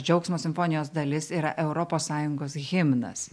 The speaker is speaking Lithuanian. džiaugsmo simfonijos dalis yra europos sąjungos himnas